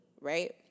right